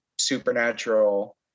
supernatural